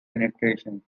penetration